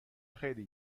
خیلی